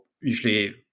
usually